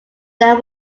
dan